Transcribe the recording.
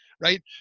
Right